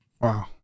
Wow